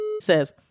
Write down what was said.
says